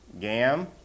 Gam